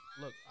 look